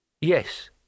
Yes